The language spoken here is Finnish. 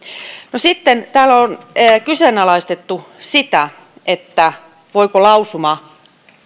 no sitten täällä on kyseenalaistettu sitä voiko lausuma